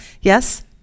Yes